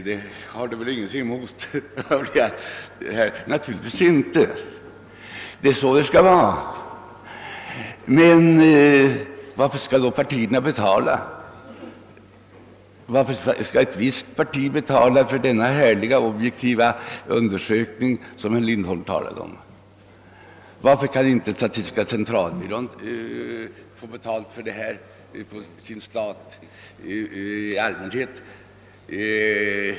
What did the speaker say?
Herr talman! Det som herr Lindholm nu har påpekat har jag naturligtvis inte något emot. Det är så det skall vara, men varför skall då partierna betala? Varför skall ett visst enskilt parti betala för dessa >härliga», objektiva undersökningar som herr Lindholm talar om? Varför kan inte statistiska centralbyrån få betalt för dessa undersökning ar från sin allmänna stat?